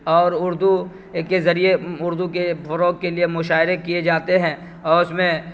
اور اردو کے ذریعے اردو کے فروغ کے لیے مشاعرے کیے جاتے ہیں اور اس میں